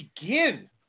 begin